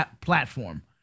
platform